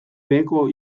beheko